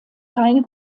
keine